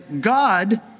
God